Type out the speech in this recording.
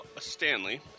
Stanley